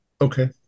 Okay